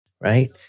right